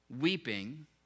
weeping